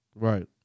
Right